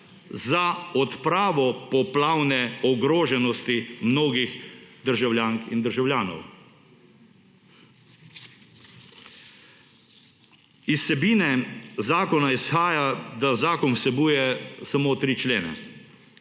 za odpravo poplavne ogroženosti mnogih državljank in državljanov. Iz vsebine zakona izhaja, da zakon vsebuje samo tri člene.